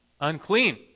unclean